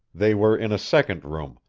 they were in a second room,